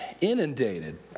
inundated